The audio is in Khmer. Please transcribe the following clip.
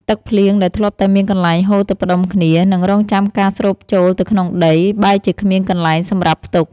ទឹកភ្លៀងដែលធ្លាប់តែមានកន្លែងហូរទៅផ្ដុំគ្នា និងរង់ចាំការស្រូបចូលទៅក្នុងដី បែរជាគ្មានកន្លែងសម្រាប់ផ្ទុក។